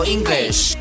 English